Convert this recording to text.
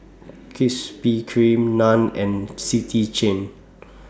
Krispy Kreme NAN and City Chain